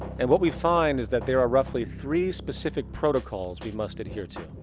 and what we find is that there are roughly three specific protocols we must adhere to